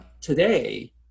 today